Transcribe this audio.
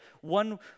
one